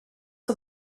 for